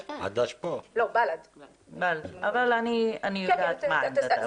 אבל אני יודעת מה עמדתם.